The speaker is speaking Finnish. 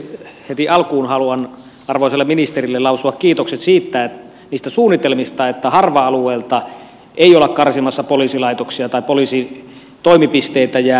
heti alkuun haluan arvoisalle ministerille lausua kiitokset niistä suunnitelmista että harva alueilta ei olla karsimassa poliisilaitoksia ja poliisin toimipisteitä jää